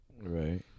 Right